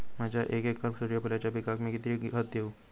माझ्या एक एकर सूर्यफुलाच्या पिकाक मी किती खत देवू?